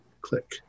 Click